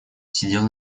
сидел